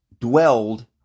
dwelled